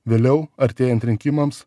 vėliau artėjant rinkimams